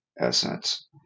essence